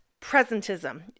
Presentism